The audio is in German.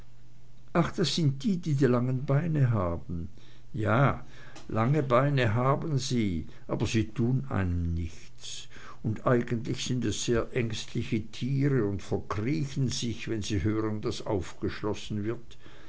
ach das sind die die die langen beine haben ja lange beine haben sie aber sie tun einem nichts und eigentlich sind es sehr ängstliche tiere und verkriechen sich wenn sie hören daß aufgeschlossen wird